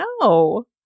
No